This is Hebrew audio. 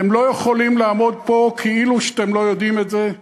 אתם לא יכולים לעמוד פה כאילו אתם לא יודעים את זה.